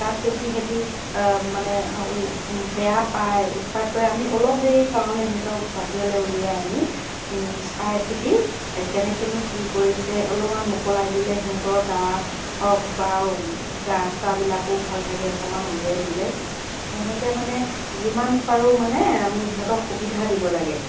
তাত যদি সিহঁতে মানে বেয়া পায় উৎপাত কৰে আমি অলপ দেৰি কাৰণে সিহঁতক বাহিৰলৈ উলিয়াই আনি চাই চিতি কেনেকৈনো কি কৰিছে অলপমান মুকলাই দিলে সিহঁতৰ গা হওক বা গা চাবিলাকো ভাল থাকে অকণমান উলিয়াই দিলে তেনেকৈ মানে যিমান পাৰো মানে আমি সিহঁতক সুবিধা দিব লাগে